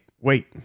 wait